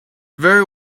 very